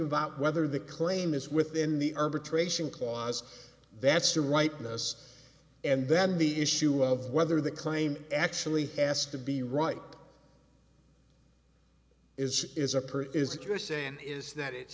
about whether the claim is within the arbitration clause that's the rightness and then the issue of whether the claim actually has to be right is is a perk is it your sand is that it's